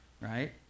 right